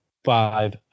Five